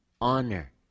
Honor